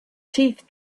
teeth